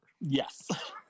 Yes